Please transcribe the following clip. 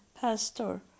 pastor